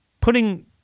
Putting